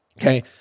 Okay